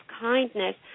kindness